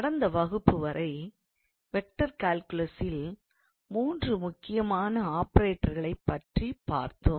கடந்த வகுப்பு வரை வெக்டார் கால்குலசில் மூன்று முக்கியமான ஆபரேட்டர்களை பற்றி பார்த்தோம்